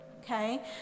okay